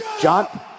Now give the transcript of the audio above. John